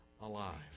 alive